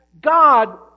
God